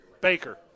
Baker